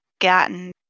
gotten